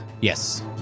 Yes